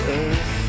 earth